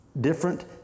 different